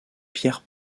pierre